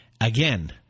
again